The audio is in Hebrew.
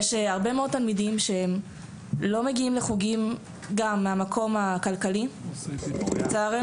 יש הרבה מאוד תלמידים שלא מגיעים לחוגים גם מהמקום הכלכלי לצערנו.